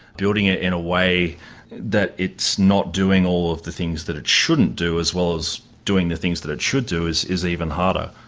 building it in a way that it's not doing all the things that it shouldn't do, as well as doing the things that it should do is is even harder.